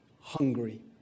hungry